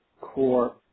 core